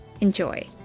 Enjoy